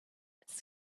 its